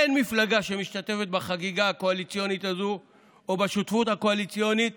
אין מפלגה שמשתתפת בחגיגה הקואליציונית הזאת או בשותפות הקואליציונית